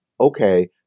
okay